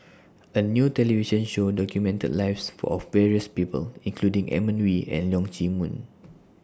A New television Show documented The Lives of various People including Edmund Wee and Leong Chee Mun